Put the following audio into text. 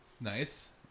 nice